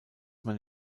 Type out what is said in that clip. man